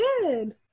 Good